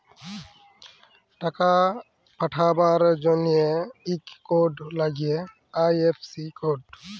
টাকা পাঠাবার জনহে ইক কোড লাগ্যে আই.এফ.সি কোড